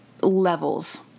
levels